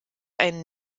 einen